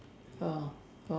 oh how